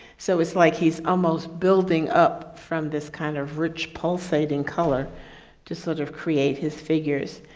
so it's like he's almost building up from this kind of rich, pulsating color to sort of create his figures.